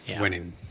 winning